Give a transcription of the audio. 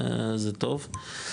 זה טוב.